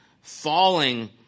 falling